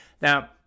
Now